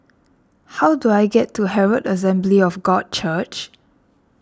how do I get to Herald Assembly of God Church